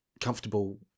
comfortable